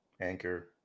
Anchor